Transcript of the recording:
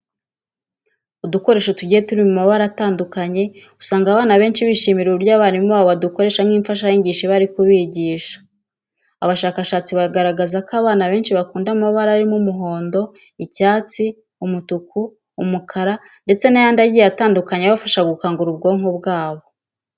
Udukoresho tugiye turi mu mabara atandukanye usanga abana benshi bishimira uburyo abarimu babo badukoresha nk'imfashanyigisho iyo bari kubigisha. Abashakashatsi bagaragaza ko abana benshi bakunda amabara arimo umuhondo, icyatsi, umutuku, umukara ndetse n'ayandi agiye atandukanye abafasha gukangura ubwonko bwabo.